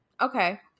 Okay